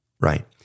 right